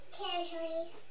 territories